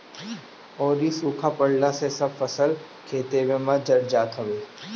अउरी सुखा पड़ला से सब फसल खेतवे में जर जात हवे